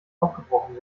aufgebrochen